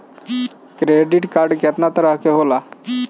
Credit card कितना तरह के होला?